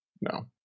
no